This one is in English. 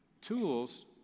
tools